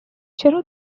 چرا